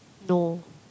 no